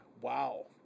wow